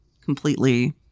completely